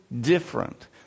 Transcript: different